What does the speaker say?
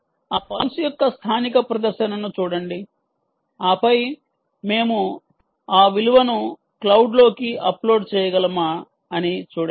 ఆ పల్స్ యొక్క స్థానిక ప్రదర్శనను చూడండి ఆపై మేము ఆ విలువను క్లౌడ్లోకి అప్లోడ్ చేయగలమా అని చూడండి